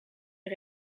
een